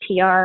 PR